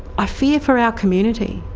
i fear for our community.